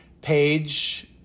page